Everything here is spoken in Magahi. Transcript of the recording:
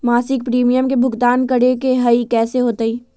मासिक प्रीमियम के भुगतान करे के हई कैसे होतई?